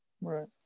right